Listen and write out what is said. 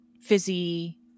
fizzy